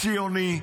ציוני,